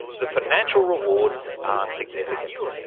the financial rewards are significant.